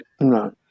no